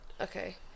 okay